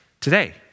today